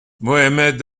mohamed